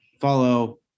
Follow